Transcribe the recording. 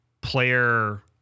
player